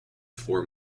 four